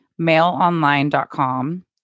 mailonline.com